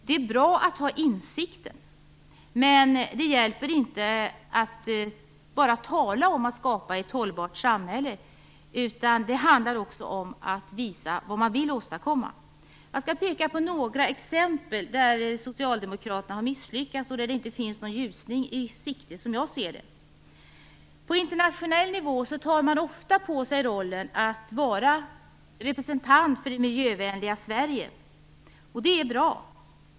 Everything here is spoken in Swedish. Det är bra att ha insikten, men det hjälper inte att bara tala om att skapa ett hållbart samhälle - det handlar också om att visa vad man vill åstadkomma. Jag skall peka på några exempel där socialdemokraterna har misslyckats och där det inte finns någon ljusning i sikte enligt min åsikt. På internationell nivå tar man ofta på sig rollen att vara representant för det miljövänliga Sverige, och det är bra.